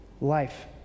life